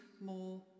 more